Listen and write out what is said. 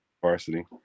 Varsity